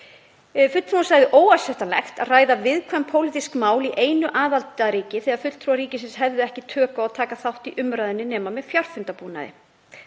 Fulltrúinn sagði óásættanlegt að ræða viðkvæm pólitísk mál í einu aðildarríki þegar fulltrúar ríkisins hefðu ekki tök á að taka þátt í umræðunni nema með fjarfundabúnaði.